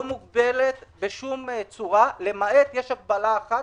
לא מוגבלת בשום צורה, למעט הגבלה אחת